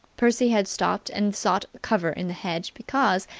percy had stopped and sought cover in the hedge because,